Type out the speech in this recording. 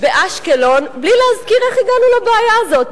באשקלון בלי להזכיר איך הגענו לבעיה הזאת,